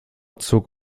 zog